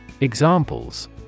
Examples